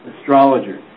astrologer